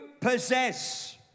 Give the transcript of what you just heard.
possess